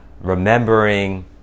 remembering